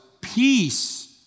peace